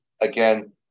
again